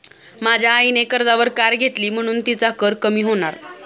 माझ्या आईने कर्जावर कार घेतली म्हणुन तिचा कर कमी होणार